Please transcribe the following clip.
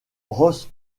ross